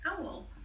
Owl